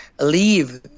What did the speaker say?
leave